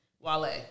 Wale